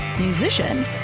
musician